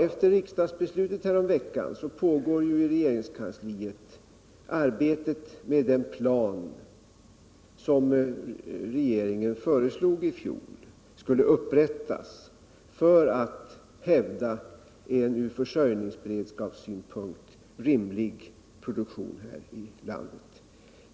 Efter riksdagsbeslutet häromveckan pågår ju i regeringskansliet arbetet med den plan som regeringen i fjol föreslog skulle upprättas för att hävda en från försörjningsberedskapssynpunkt rimlig produktion här i landet.